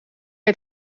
het